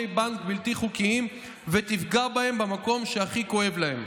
בנק בלתי חוקיים ותפגע בהם במקום שהכי כואב להם.